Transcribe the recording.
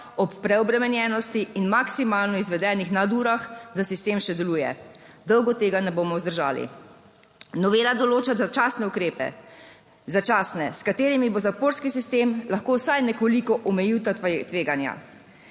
ob preobremenjenosti in maksimalno izvedenih nadurah, da sistem še deluje. Dolgo tega ne bomo vzdržali. Novela določa začasne ukrepe, začasne s katerimi bo zaporski sistem lahko vsaj nekoliko omejil ta tveganja.